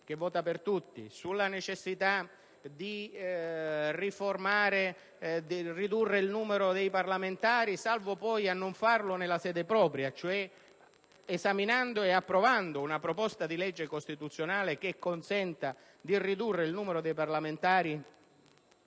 che vota per tutti, o sulla necessità di ridurre il numero dei parlamentari, salvo poi non farlo nella sede propria, cioè esaminando ed approvando una proposta di legge costituzionale che consenta di ridurre il numero dei parlamentari,